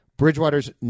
Bridgewater's